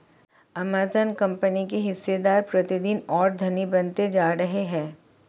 Amazon company के हिस्सेदार प्रतिदिन और धनी बनते जा रहे हैं